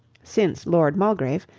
since lord mulgrave,